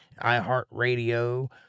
iHeartRadio